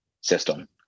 system